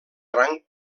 gran